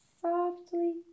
softly